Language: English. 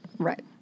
Right